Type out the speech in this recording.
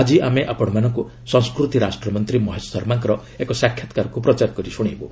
ଆଜି ଆମେ ଆପଶମାନଙ୍କୁ ସଂସ୍କୃତି ରାଷ୍ଟ୍ରମନ୍ତ୍ରୀ ମହେଶ ଶର୍ମାଙ୍କର ଏକ ସାକ୍ଷାତକାରକୁ ପ୍ରଚାର କରି ଶୁଣାଇବୁ